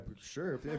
Sure